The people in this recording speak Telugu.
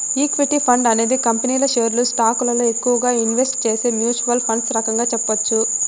ఈక్విటీ ఫండ్ అనేది కంపెనీల షేర్లు స్టాకులలో ఎక్కువగా ఇన్వెస్ట్ చేసే మ్యూచ్వల్ ఫండ్ రకంగా చెప్పొచ్చు